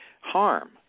harm